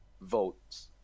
votes